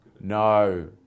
no